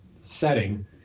setting